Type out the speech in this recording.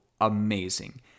amazing